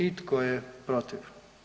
I tko je protiv?